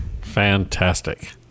Fantastic